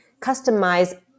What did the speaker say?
Customize